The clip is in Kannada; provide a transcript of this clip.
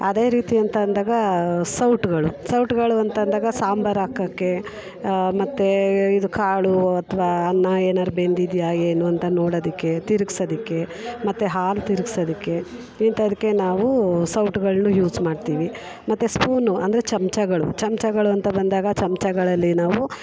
ಅದೇ ರೀತಿ ಅಂತ ಅಂದಾಗ ಸೌಟುಗಳು ಸೌಟುಗಳು ಅಂತಂದಾಗ ಸಾಂಬಾರು ಹಾಕೋಕ್ಕೆ ಮತ್ತು ಇದು ಕಾಳು ಅಥವಾ ಅನ್ನ ಏನಾರು ಬೆಂದಿದೆಯ ಏನು ಅಂತ ನೋಡೋದಿಕ್ಕೆ ತಿರಗ್ಸೋದಿಕ್ಕೆ ಮತ್ತೆ ಹಾಲು ತಿರಗ್ಸೋದಿಕ್ಕೆ ಇಂಥದ್ಕೆ ನಾವು ಸೌಟುಗಳನ್ನು ಯೂಸ್ ಮಾಡ್ತಿವಿ ಮತ್ತೆ ಸ್ಪೂನು ಅಂದರೆ ಚಮಚಗಳು ಚಮಚಗಳು ಅಂತ ಬಂದಾಗ ಚಮಚಗಳಲ್ಲಿ ನಾವು